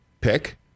Pick